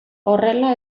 horrela